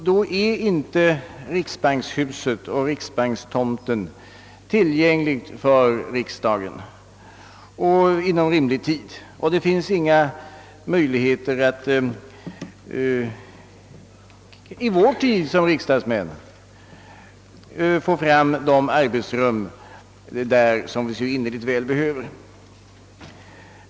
Då är inte riksbankens hus och tomt tillgängliga för riksdagen inom rimlig tid, och då finns det heller inga möjligheter att i vår tid som riksdagsmän där skapa de arbetsrum, som vi så innerligt väl behöver.